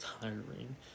tiring